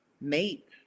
mate